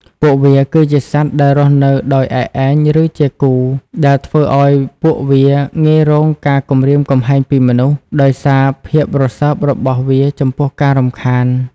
ពួកវាគឺជាសត្វដែលរស់នៅដោយ ឯកឯង ឬជា គូ ដែលធ្វើឲ្យពួកវាងាយរងការគំរាមកំហែងពីមនុស្ស ដោយសារភាពរសើបរបស់វាចំពោះការរំខាន។